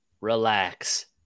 relax